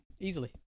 Easily